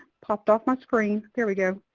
popped off my screen. there we go.